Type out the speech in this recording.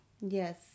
Yes